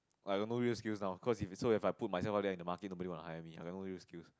I have no real skills now cause so if I put myself out there the market right now nobody will hire me I got no real skills